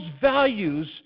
values